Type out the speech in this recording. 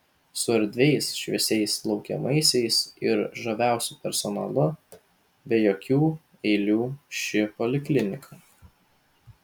su erdviais šviesiais laukiamaisiais ir žaviausiu personalu be jokių eilių ši poliklinika